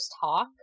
talk